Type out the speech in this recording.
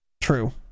true